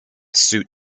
suit